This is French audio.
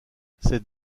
cette